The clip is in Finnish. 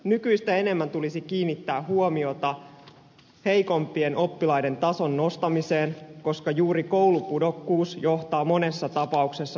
nykyistä enemmän tulisi kiinnittää huomiota heikompien oppilaiden tason nostamiseen koska juuri koulupudokkuus johtaa monessa tapauksessa syrjäytymiseen